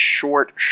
short